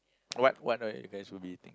what what are you guys gonna be eating